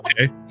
Okay